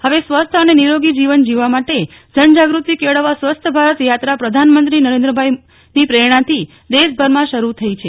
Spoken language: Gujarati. હવે સ્વસ્થ અને નિરોગી જીવન માટે જન જાગૃતી કેળવવા સ્વસ્થ ભારત યાત્રા પ્રધાનમંત્રી નરેન્દ્રભાઈની પ્રેરણાથી દેશભરમાં શરૂ થઈ રહી છે